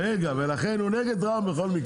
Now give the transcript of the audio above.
ולכן הוא נגד רע"מ בכל מקרה.